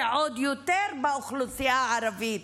ועוד יותר באוכלוסייה הערבית.